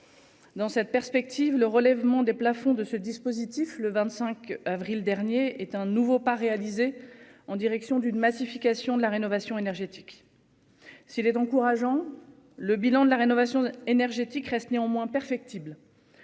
Dans cette perspective, le relèvement des plafonds de ce dispositif le 25 avril dernier, est un nouveau pas réalisé en direction d'une massification de la rénovation énergétique. S'il est encourageant. Le bilan de la rénovation énergétique reste néanmoins perfectible.